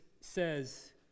says